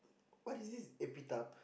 what is this